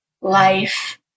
life